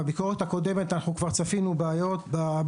בביקורת הקודמת אנחנו כבר צפינו בעייתיות